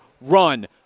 run